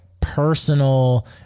personal